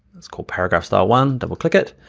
it's called paragraph style one, double-click it.